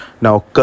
Now